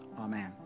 Amen